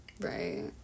Right